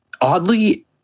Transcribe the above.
oddly